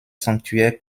sanctuaire